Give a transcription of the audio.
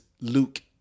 Luke